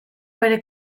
bere